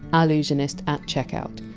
allusionist! at checkout.